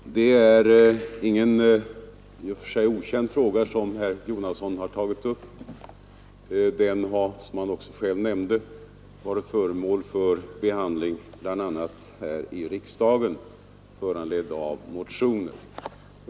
Herr talman! Det är ingen i och för sig okänd fråga som herr Jonasson har tagit upp. Den har, som han också själv nämnde, varit föremål för behandling bl.a. här i riksdagen med anledning av motioner.